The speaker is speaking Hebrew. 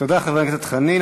תודה, חבר הכנסת חנין.